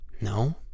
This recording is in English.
No